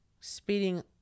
speeding